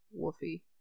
Woofy